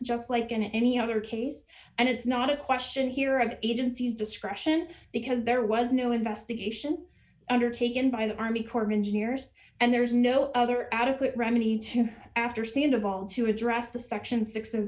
just like in any other case and it's not a question here of agencies discretion because there was no investigation undertaken by the army corps of engineers and there is no other adequate remedy to go after scene of all to address the section six and